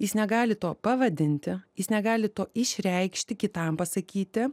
jis negali to pavadinti jis negali to išreikšti kitam pasakyti